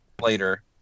later